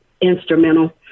instrumental